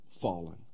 fallen